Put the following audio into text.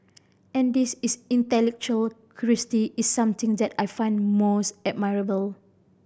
and this is intellectual curiosity is something that I find most admirable